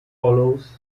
follows